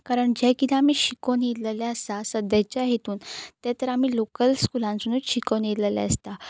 कारण जें कितें आमी शिकोन येयल्लेले आसा सद्याच्या हितून तें तर आमी लोकल स्कुलांसुनूच शिकोन येयल्लेले आसता